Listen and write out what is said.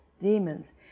demons